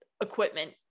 equipment